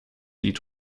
lied